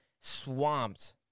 swamped